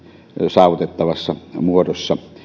saavutettavassa muodossa